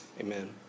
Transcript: Amen